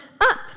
Up